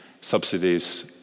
subsidies